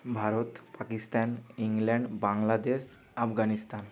Bharat Pakistan England Bangladesh Afghanistan